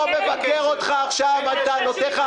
מבקר אותך עכשיו על טענותיך.